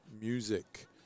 music